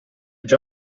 già